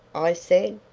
i said.